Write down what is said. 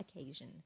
occasion